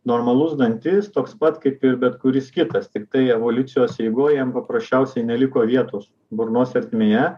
normalus dantis toks pat kaip ir bet kuris kitas tiktai evoliucijos eigoj jam paprasčiausiai neliko vietos burnos ertmėje